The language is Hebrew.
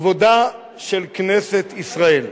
כבודה של כנסת ישראל.